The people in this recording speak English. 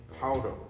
powder